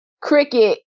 cricket